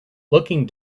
looking